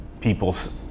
people's